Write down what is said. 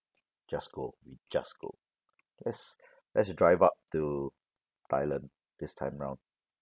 just go we just go let's let's drive up to thailand this time around